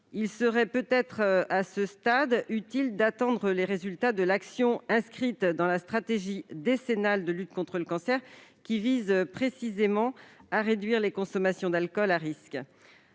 il serait peut-être utile, à ce stade, d'attendre les résultats de l'action inscrite dans la stratégie décennale de lutte contre les cancers, qui vise précisément à réduire les consommations d'alcool à risque.